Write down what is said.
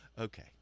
okay